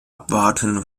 abwarten